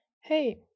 Hey